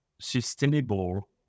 sustainable